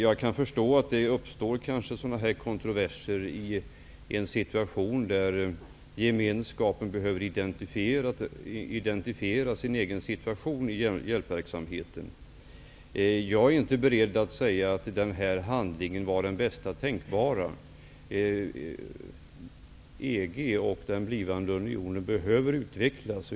Jag kan förstå att det uppstår kontroverser i en situation där gemenskapen behöver känna en viss identitet i hjälpverksamheten. Jag är inte beredd att säga att den nämnda handlingen var den bästa tänkbara. EG och den blivande unionen behöver utvecklas.